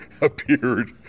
Appeared